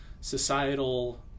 societal